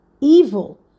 evil